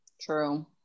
true